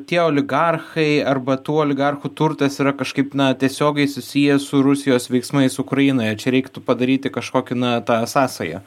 tie oligarchai arba tų oligarchų turtas yra kažkaip na tiesiogiai susijęs su rusijos veiksmais ukrainoje čia reiktų padaryti kažkokį na tą sąsają